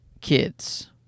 kids